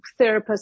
therapists